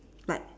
like